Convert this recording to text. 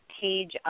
Page